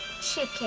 chicken